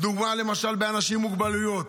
דוגמה למשל באנשים עם מוגבלויות,